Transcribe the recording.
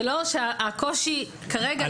התכוונתי לתחום את זה ולא שהקושי הזה ישליך על ההסדר כולו.